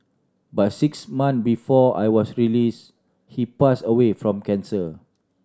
but six months before I was release he pass away from cancer